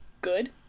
good